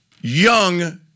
Young